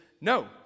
no